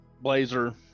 blazer